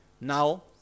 now